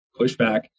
pushback